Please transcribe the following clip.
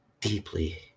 deeply